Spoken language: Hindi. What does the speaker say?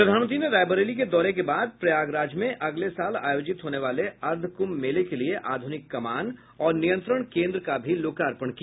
प्रधानमंत्री ने रायबरेली के दौरे के बाद प्रयागराज में अगले साल आयोजित होने वाले अर्ध क्म्भ मेले के लिए आध्रनिक कमान और नियंत्रण केन्द्र का भी लोकार्पण किया